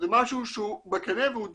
זה משהו שהוא בקנה והוא דוגמה.